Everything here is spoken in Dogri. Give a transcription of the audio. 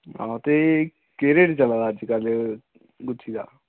हां ते केह् रेट चला दा अजकल्ल गुत्थी दा